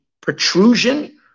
protrusion